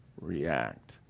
react